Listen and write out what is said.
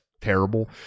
terrible